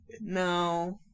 No